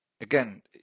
Again